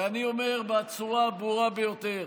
ואני אומר בצורה הברורה ביותר: